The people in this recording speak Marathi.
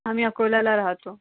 आम्ही अकोल्याला राहतो